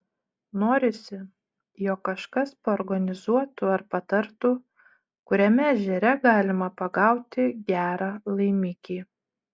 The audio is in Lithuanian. norisi jog kažkas paorganizuotų ar patartų kuriame ežere galima pagauti gerą laimikį